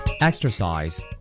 Exercise